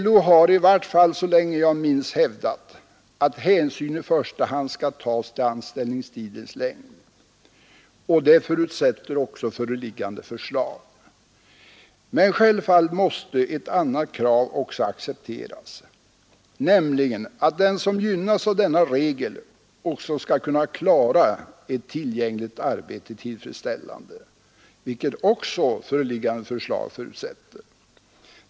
LO har — i vart fall så länge jag minns — hävdat att hänsyn i första hand skall tas till anställningstidens längd. Det förutsätter också föreliggande förslag. Men självfallet måste ett annat krav också accepteras, nämligen att den som gynnas av denna regel också skall kunna klara ett tillgängligt arbete tillfredsställande, vilket föreliggande förslag också förutsätter.